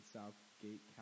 Southgate